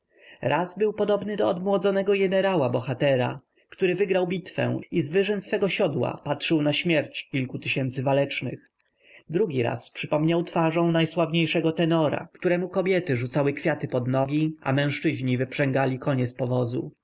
raz był podobnym do odmłodzonego jenerała-bohatera który wygrał bitwę i z wyżyn swego siodła patrzył na śmierć kilku tysięcy walecznych drugi raz przypominał twarzą najsławniejszego tenora któremu kobiety rzucały kwiaty pod nogi a mężczyźni wyprzęgali konie z powozu